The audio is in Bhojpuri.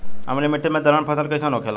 अम्लीय मिट्टी मे दलहन फसल कइसन होखेला?